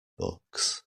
books